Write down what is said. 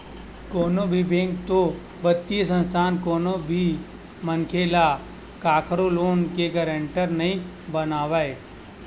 कोनो भी बेंक ते बित्तीय संस्था कोनो भी मनखे ल कखरो लोन के गारंटर नइ बनावय